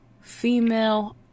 Female